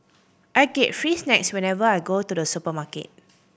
I get free snacks whenever I go to the supermarket